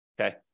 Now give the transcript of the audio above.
Okay